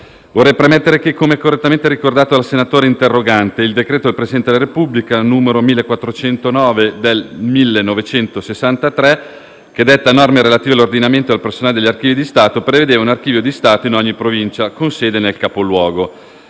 Vorrei premettere che, come correttamente ricordato dal senatore interrogante, il decreto del Presidente della Repubblica n. 1409 del 1963, che detta norme relative all'ordinamento del personale degli archivi di Stato, prevedeva un Archivio di Stato in ogni provincia, con sede nel capoluogo.